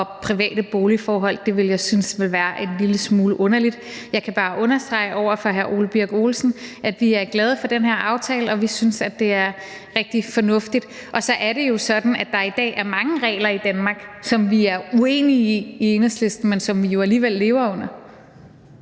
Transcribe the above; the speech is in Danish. og private boligforhold, det ville jeg synes ville være en lille smule underligt. Jeg kan bare understrege over for hr. Ole Birk Olesen, at vi er glade for den her aftale, og vi synes, at det er rigtig fornuftigt. Og så er det sådan, at der i dag er mange regler i Danmark, som vi i Enhedslisten er uenige i, men som vi jo alligevel lever under.